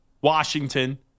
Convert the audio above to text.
Washington